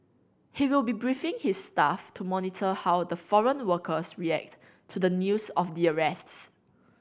he will be briefing his staff to monitor how the foreign workers react to the news of the arrests